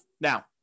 Now